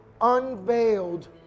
unveiled